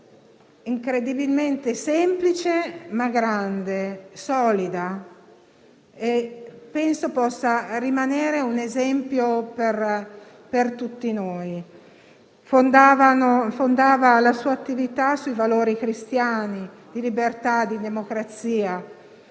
incredibilmente semplice, ma grande e solida, che penso possa rimanere un esempio per tutti noi. Egli fondava la sua attività sui valori cristiani di libertà e di democrazia;